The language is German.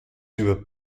über